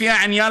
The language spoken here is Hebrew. לפי העניין,